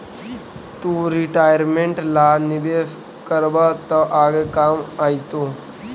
तु रिटायरमेंट ला निवेश करबअ त आगे काम आएतो